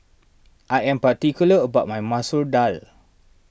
I am particular about my Masoor Dal